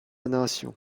nation